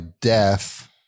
death